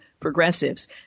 Progressives